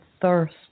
thirst